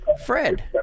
Fred